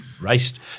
raced